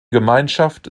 gemeinschaft